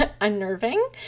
unnerving